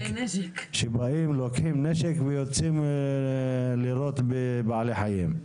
שבאים, לוקחים נשק ויוצאים לירות בבעלי חיים.